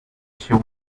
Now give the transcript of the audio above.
she